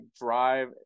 drive